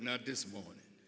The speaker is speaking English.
not this woman